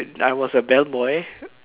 I was a bellboy